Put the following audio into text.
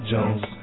Jones